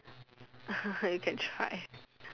you can try